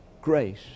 grace